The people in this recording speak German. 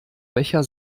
becher